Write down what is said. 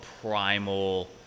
primal